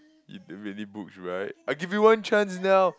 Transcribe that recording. you didn't really books right I give you one chance now